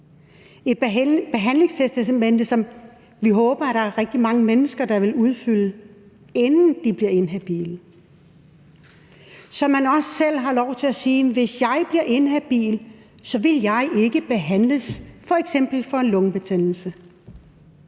et behandlingstestamente, som vi håber at der er rigtig mange mennesker der vil udfylde, inden de bliver inhabile. Så har man også selv lov til at sige: Hvis jeg bliver inhabil, vil jeg ikke behandles. Det kan f.eks. være for en lungebetændelse.